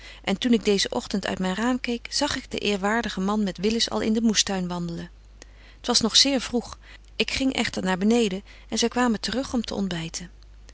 en toen ik deezen ogtend uit myn raam keek zag ik den eerwaardigen man met willis al in den moestuin wandelen t was nog zeer vroeg ik ging echter naar beneden en zy kwamen te rug om te ontbyten